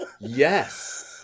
Yes